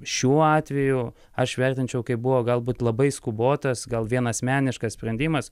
šiuo atveju aš vertinčiau kaip buvo galbūt labai skubotas gal vienasmeniškas sprendimas